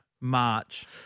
March